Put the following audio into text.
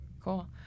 Cool